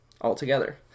altogether